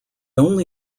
only